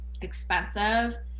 expensive